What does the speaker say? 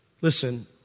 Listen